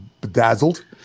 Bedazzled